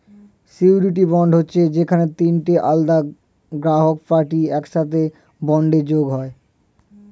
surety bond হচ্ছে যেখানে তিনটে আলাদা গ্রাহক পার্টি একসাথে বন্ডে যোগ হয়